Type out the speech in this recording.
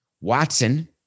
Watson